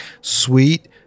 sweet